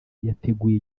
yateguye